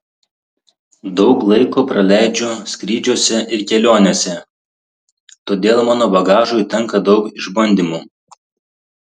daug laiko praleidžiu skrydžiuose ir kelionėse todėl mano bagažui tenka daug išbandymų